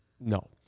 No